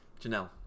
janelle